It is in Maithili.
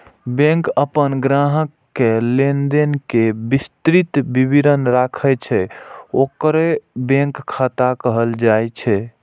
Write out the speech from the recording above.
बैंक अपन ग्राहक के लेनदेन के विस्तृत विवरण राखै छै, ओकरे बैंक खाता कहल जाइ छै